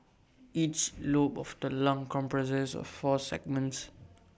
each lobe of the lung comprises of four segments